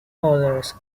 others